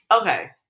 okay